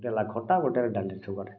ଗୋଟେ ହେଲା ଖଟା ଗୋଟେ ହେଲା ଡାଲି ଛୁଙ୍କରେ